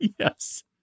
yes